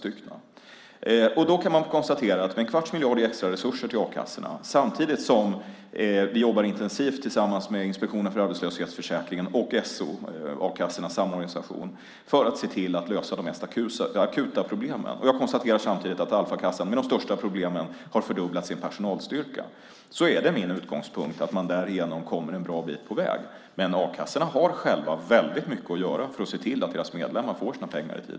Jag konstaterar att vi har gett en kvarts miljard i extraresurser till a-kassorna, samtidigt som vi jobbar intensivt tillsammans med Inspektionen för arbetslöshetsförsäkringen och A-kassornas Samorganisation för att se till att lösa de mest akuta problemen. Jag konstaterar samtidigt att Alfakassan med de största problemen har fördubblat sin personalstyrka, och därför är det min utgångspunkt att man kommer en bra bit på väg. Men a-kassorna har själva väldigt mycket att göra för att se till att deras medlemmar får sina pengar i tid.